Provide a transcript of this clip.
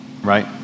right